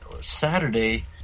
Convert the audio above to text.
Saturday